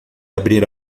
abrir